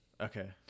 Okay